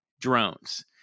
drones